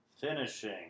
Finishing